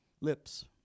lips